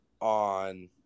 on